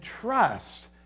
trust